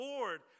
Lord